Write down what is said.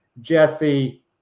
Jesse